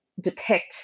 depict